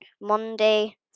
Monday